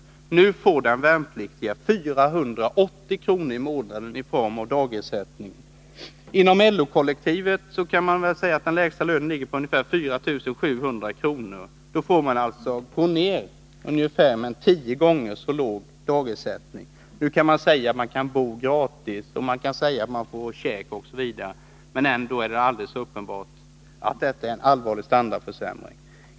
Inom LO-kollektivet ligger den lägsta lönen på ungefär 4 700 kr. Den värnpliktige får nu 480 kr. i månaden i form av dagersättning. De värnpliktiga får alltså en tiondel så stor dagersättning som de lägst avlönade. De bor visserligen gratis, de får mat osv., men ändå är det uppenbart att de får vidkännas en allvarlig standardförsämring.